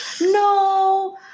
no